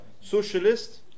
socialist